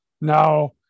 now